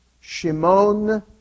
Shimon